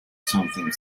something